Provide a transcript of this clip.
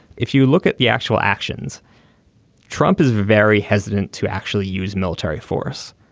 if you look at the actual actions trump is very hesitant to actually use military force.